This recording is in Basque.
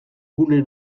gune